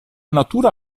natura